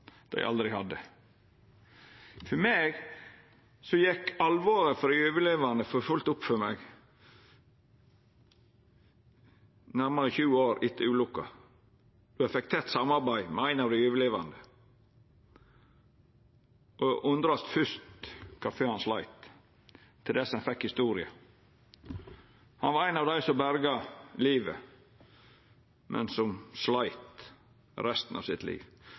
dei aldri hadde. For meg gjekk alvoret for dei overlevande for fullt opp for meg nærmare 20 år etter ulukka då eg fekk eit tett samarbeid med ein av dei overlevande. Eg undra meg fyrst over kvifor han sleit, til eg fekk historia. Han var ein av dei som berga livet, men som sleit resten av livet sitt.